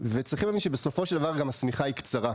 וצריכים להבין שבסופו של דבר השמיכה היא קצרה.